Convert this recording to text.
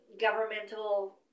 governmental